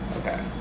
Okay